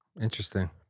Interesting